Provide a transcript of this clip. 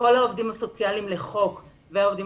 כל העובדים הסוציאליים לחוק והעובדים